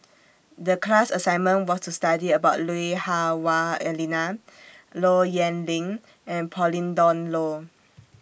The class assignment was to study about Lui Hah Wah Elena Low Yen Ling and Pauline Dawn Loh